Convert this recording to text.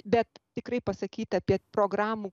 bet tikrai pasakyti apie programų